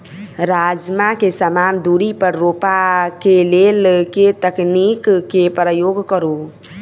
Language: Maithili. राजमा केँ समान दूरी पर रोपा केँ लेल केँ तकनीक केँ प्रयोग करू?